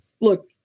look